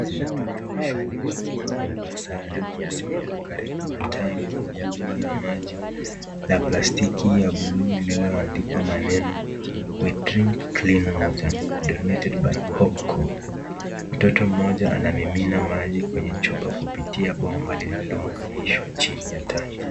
Watoto wa shule wakiwa wamevaa sare wamesimama karibu na tanki kubwa ya maji ya blastiki ya buluu iliyo andikwa maneno (we drink clean water we make it by our own home) mtoto mmoja anamimina maji kwenye chupa kupitia kwenye bomba lililo unganishwa chini ya tanki.